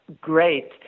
great